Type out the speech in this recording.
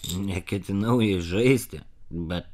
neketinau jais žaisti bet